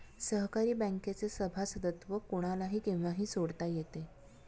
सहकारी बँकेचे सभासदत्व कोणालाही केव्हाही सोडता येते